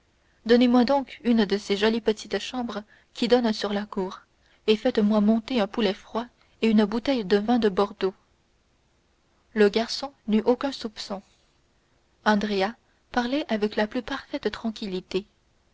donnez-moi donc une de ces jolies petites chambres qui donnent sur la cour et faites-moi monter un poulet froid et une bouteille de vin de bordeaux le garçon n'eut aucun soupçon andrea parlait avec la plus parfaite tranquillité